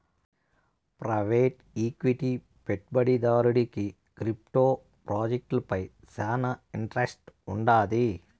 private equity పెట్టుబడిదారుడికి crypto ప్రాజెక్టులపై శానా ఇంట్రెస్ట్ వుండాది